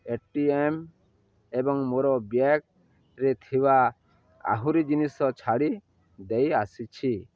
ଏ T M ଏବଂ ମୋର ବ୍ୟାଗ୍ରେ ଥିବା ଆହୁରି ଜିନିଷ ଛାଡ଼ି ଦେଇଆସିଛି